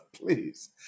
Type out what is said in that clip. Please